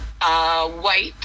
white